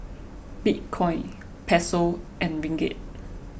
Bitcoin Peso and Ringgit